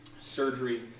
surgery